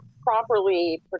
properly